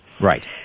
Right